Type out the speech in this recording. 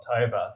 October